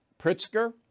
Pritzker